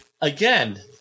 Again